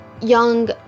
young